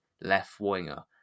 left-winger